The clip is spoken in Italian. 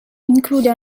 include